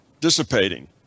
dissipating